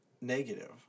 negative